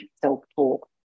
self-talk